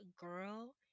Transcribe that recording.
girl